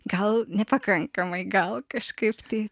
gal nepakankamai gal kažkaip tai